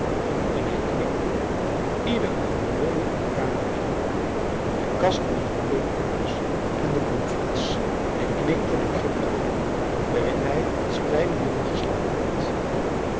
en hij knikte ieder oud meubel in de kamer toe de kast met de theekopjes en de bloemvaas hij knikte de krib toe waarin hij als kleine jongen geslapen had